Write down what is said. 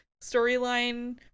storyline